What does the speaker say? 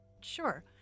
Sure